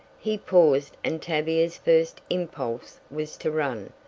he paused and tavia's first impulse was to run,